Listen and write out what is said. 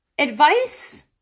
Advice